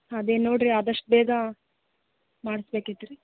ಅದೇ ನೋಡಿರಿ ಅದಷ್ಟು ಬೇಗ ಮಾಡ್ಸ್ಬೇಕಿತ್ತು ರೀ